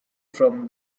from